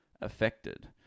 affected